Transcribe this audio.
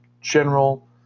general